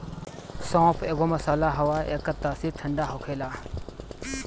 सौंफ एगो मसाला हअ एकर तासीर ठंडा होखेला